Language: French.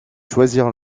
choisir